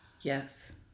Yes